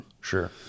Sure